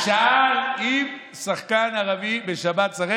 הוא שאל אם שחקן ערבי משחק בשבת,